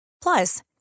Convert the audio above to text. Plus